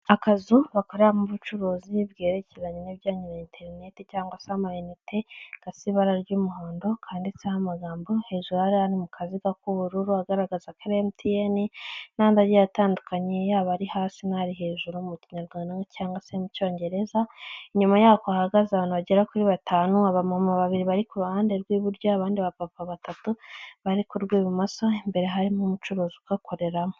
Akazu gakoreramo ubucuruzi bwerekeranye n'ibijyanye na interineti, cyangwa se amayinite gasi ibara ry'umuhondo kanditseho amagambo, hejuru hariho ari mu kaziga k'ubururu agaragaza ko ari MTN n'andi agiye atandukanye yaba ari hasi n'ari hejuru mu Kinyarwanda cyangwa se mu Cyongereza, inyuma yako hahagaze abantu bagera kuri batanu, abamama babiri bari ku ruhande rw'iburyo, abandi bapapa batatu bari ku irw'ibumoso, imbere harimo umucuruzi ugakoreramo.